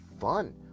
fun